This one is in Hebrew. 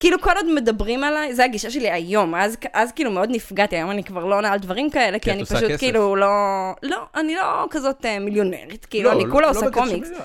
כאילו כל עוד מדברים עליי, זה הגישה שלי היום, אז כאילו מאוד נפגעתי, היום אני כבר לא עונה על דברים כאלה, כי את עושה כסף, לא, כי אני פשוט כאילו לא... לא, אני לא כזאת מיליונרית, כאילו אני כולה עושה קומיקס.